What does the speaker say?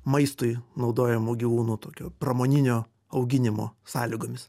maistui naudojamų gyvūnų tokio pramoninio auginimo sąlygomis